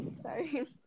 sorry